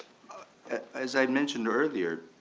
as i mentioned earlier,